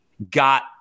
got